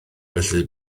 felly